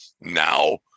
now